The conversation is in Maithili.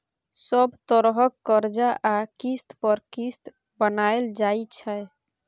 सब तरहक करजा आ किस्त पर किस्त बनाएल जाइ छै